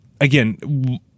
again